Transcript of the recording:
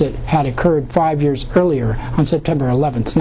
that had occurred five years earlier on september eleventh